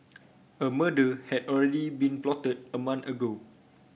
a murder had already been plotted a month ago